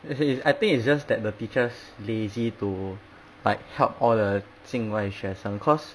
I think it's just that the teachers lazy to like help all the 境外学生 cause